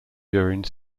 during